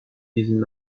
diesem